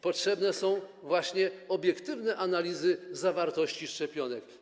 Potrzebne są właśnie obiektywne analizy zawartości szczepionek.